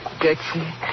Dixie